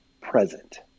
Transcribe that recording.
present